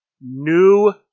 new